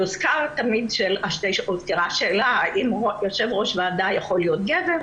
כי הוזכרה השאלה האם יושב-ראש ועדה יכול להיות גבר.